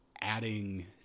adding